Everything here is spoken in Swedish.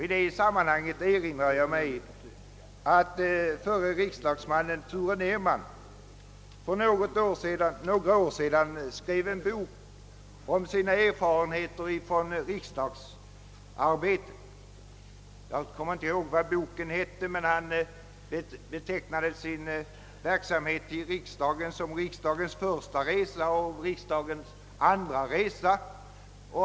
I det sammanhanget er inrar jag mig att förre riksdagsmannen Ture Nerman skrev en bok om sina erfarenheter från riksdagsarbetet. Jag kommer inte ihåg vad boken heter, men han betecknade sin verksamhet i riksdagen som »Riksdagen första resan» och »Riksdagen andra resan».